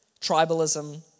tribalism